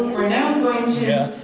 now going to